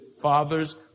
fathers